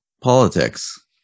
politics